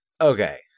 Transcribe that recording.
Okay